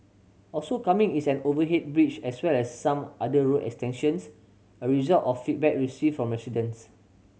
also coming is an overhead bridge as well as some other road extensions a result of feedback received from residents